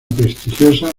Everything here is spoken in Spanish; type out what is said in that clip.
prestigiosa